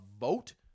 vote